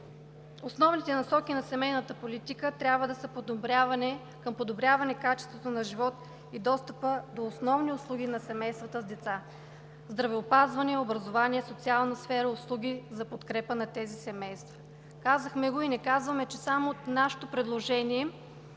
Основните насоки на семейната политика трябва да са към подобряване качеството на живот и достъпа до основните услуги на семействата с деца – здравеопазване, образование, социална сфера, услуги за подкрепа на тези семейства. Казахме го и не казваме, че само нашето предложение